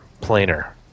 planer